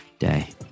day